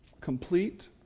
complete